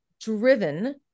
driven